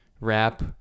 wrap